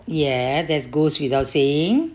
ya there's goes without saying